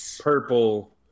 Purple